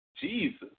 Jesus